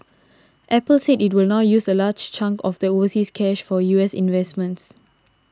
apple said it will now use a large chunk of the overseas cash for U S investments